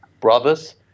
brothers